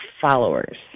followers